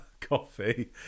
coffee